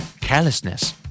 Carelessness